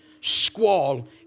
squall